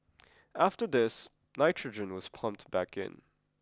after this nitrogen was pumped back in